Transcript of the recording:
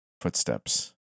Footsteps